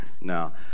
No